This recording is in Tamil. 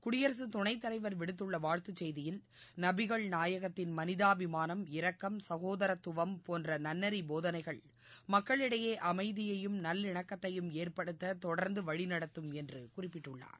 குடியரசு துணைத்தலைவர் விடுத்துள்ள வாழ்த்துச் செய்தியில் நபிகள் நாயகத்தின் மனிதாபிமானம் இரக்கம் சகோதரத்துவம் போன்ற நன்னெறி போதனைகள் மக்களிடையே அமைதியையும் நல்லிணக்கத்தையும் ஏற்படுத்த தொடர்ந்து வழிநடத்தும் என்று குறிப்பிட்டுள்ளார்